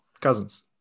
Cousins